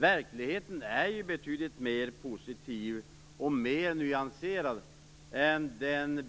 Verkligheten är betydligt mer positiv och mer nyanserad än den